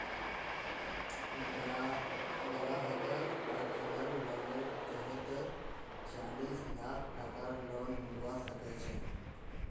ग्राहकक पर्सनल लोनेर तहतत चालीस लाख टकार लोन मिलवा सके छै